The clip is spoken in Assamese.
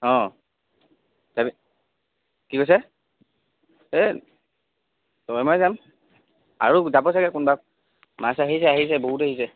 অঁ যাবি কি কৈছে এই তইয়ে মইয়ে যাম আৰু যাব চাগে কোনোবা মাছ আহিছে আহিছে বহুত আহিছে